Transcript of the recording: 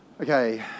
Okay